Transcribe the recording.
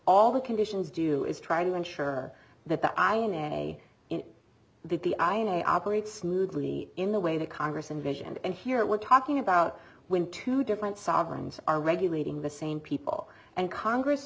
all the conditions do is try to ensure that that i in a in the i in a i operate smoothly in the way that congress and vision and here we're talking about when two different sovereigns are regulating the same people and congress